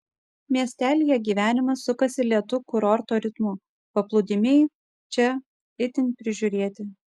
miestelyje gyvenimas sukasi lėtu kurorto ritmu paplūdimiai čia itin prižiūrėti